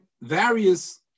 various